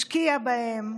השקיע בהם,